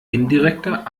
indirekter